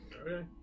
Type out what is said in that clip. Okay